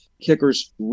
kickers